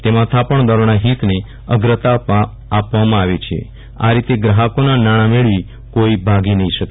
તેમાં થાપણદારોના હીતને અગ્રતા આપવામાં આવી છે આ રીતે ગ્રાહકોનાં નાણાં મેળવી કોઇ ભાગી નહીં શકે